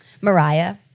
Mariah